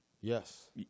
Yes